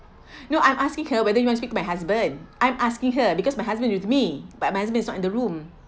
no I'm asking her whether you wanna speak to my husband I'm asking her because my husband with me but my husband's not in the room